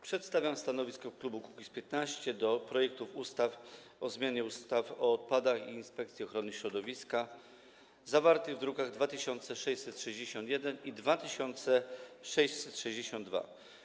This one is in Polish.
Przedstawiam stanowisko klubu Kukiz’15 dotyczące projektów ustaw o zmianie ustaw o odpadach oraz o Inspekcji Ochrony Środowiska, zawartych w drukach nr 2661 i 2662.